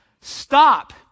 stop